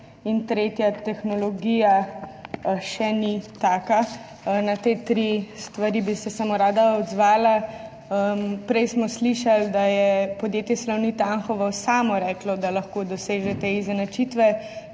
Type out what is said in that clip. In tretja: tehnologija še ni taka. Na te tri stvari bi se samo rada odzvala. Prej smo slišali, da je podjetje Salonit Anhovo samo reklo, da lahko doseže te izenačitve,